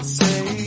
say